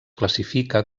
classifica